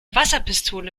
wasserpistole